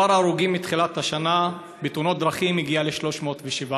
מספר ההרוגים מתחילת השנה בתאונות דרכים הגיע ל-307.